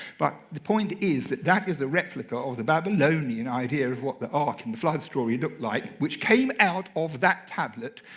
but the point is that that is the replica of the babylonian idea of what the ark and the flood story look like, which came out of that tablet,